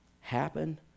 happen